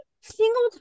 single